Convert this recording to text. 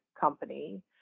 company